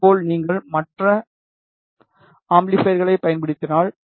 இதேபோல் நீங்கள் மற்ற அம்பிளிபைரைகளைப் பயன்படுத்தலாம்